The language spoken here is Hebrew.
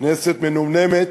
כנסת מנומנמת,